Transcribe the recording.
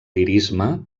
lirisme